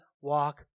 walk